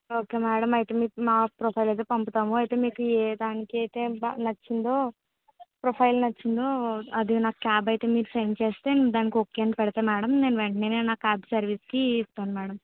okay madam అయితే మీకు మా ప్రొఫైల్ అయితే పంపుతాము అయితే మీకు ఏ దానికి అయితే బాగా నచ్చిందో ప్రొఫైల్ నచ్చిందో అది నాకు క్యాబ్ అయితే మీరు సెండ్ చేస్తే నేను దానికి ఓకే అని పెడితాను మేడం నేను వెంటనే ఆ క్యాబ్ సర్వీస్కి ఇస్తాను మేడం